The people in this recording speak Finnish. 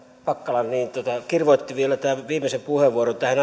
pakkasen puheenvuoro kirvoitti vielä tämän viimeisen puheenvuoron tähän